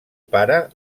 pare